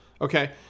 Okay